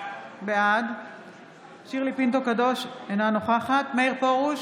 בעד שירלי פינטו קדוש, אינה נוכחת מאיר פרוש,